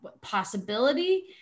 possibility